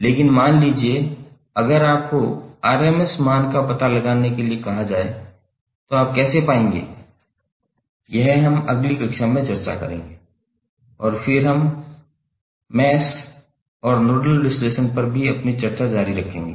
लेकिन मान लीजिए अगर आपको RMS मान का पता लगाने के लिए कहा जाए तो आप कैसे पाएंगे हम अगली कक्षा में चर्चा करेंगे और फिर हम मेष और नोडल विश्लेषण पर अपनी चर्चा जारी रखेंगे